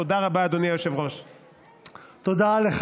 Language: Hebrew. תודה רבה, אדוני היושב-ראש.